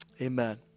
amen